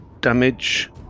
damage